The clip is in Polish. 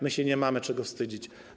My się nie mamy czego wstydzić.